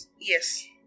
Yes